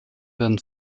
werden